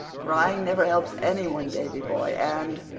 crying never helps any one, davy-boy, and